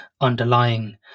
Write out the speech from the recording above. underlying